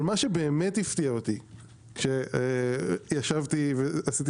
אבל מה שבאמת הפתיע אותי כשישבתי ועשיתי